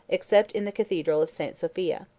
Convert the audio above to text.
except in the cathedral of st. sophia.